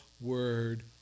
word